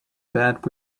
bed